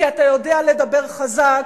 כי אתה יודע לדבר חזק,